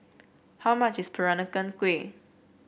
how much is Peranakan Kueh